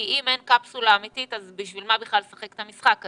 כי אם אין קפסולה אמיתית בשביל מה בכלל לשחק את המשחק הזה?